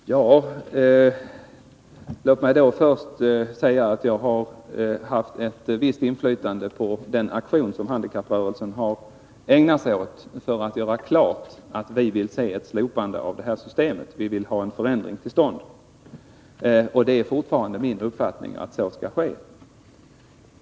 Fru talman! Låt mig först säga att jag har haft ett visst inflytande när det gäller den aktion som handikapprörelserna har ägnat sig åt för att göra klart att vi vill ha ett slopande av detta system. Vi vill ha en förändring till stånd, och det är fortfarande min uppfattning att så skall ske.